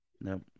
No